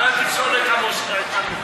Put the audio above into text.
אבל אל תפסול את האפשרות הזאת.